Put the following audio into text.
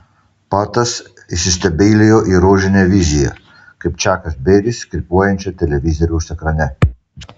patas įsistebeilijo į rožinę viziją kaip čakas beris krypuojančią televizoriaus ekrane